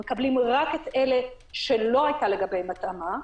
והם מקבלים רק את אלה שלא הייתה לגביהם התאמה,